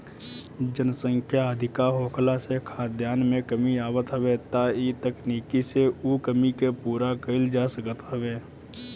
जनसंख्या अधिका होखला से खाद्यान में कमी आवत हवे त इ तकनीकी से उ कमी के पूरा कईल जा सकत हवे